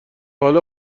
حالا